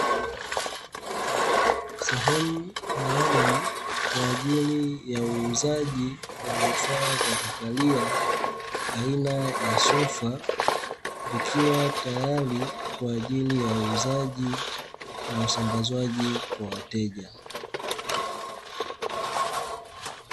Sehemu maalumu kwa ajili ya uuzaji wa vifaa vya kukalia aina ya sofa, vikiwa tayari kwa ajili ya uuzaji na usambazwaji kwa wateja.